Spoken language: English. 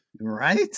Right